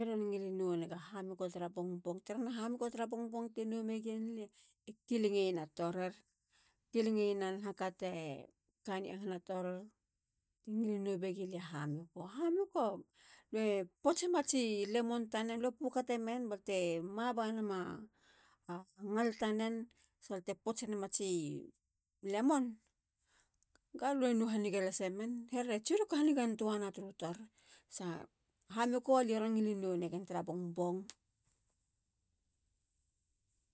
Lie ron ngilin no nega hamioko tara bongbong. tara naha hamioko tara bongbong te no megen lia. e kilingena torir. kilingeyena nahaka te kane yahana torir. te ngilin no begilia hamioko. a hamioko. lue pots nema tsi lemon tanen. lue pu katemen balute ma banema ngal nen. salute pots nema tsi lemon. galue no haniga lasemen. herene tsiruku hanigan toana turu tor. sa. a hamioko. lie ron ngilin nonegen tara bongbong.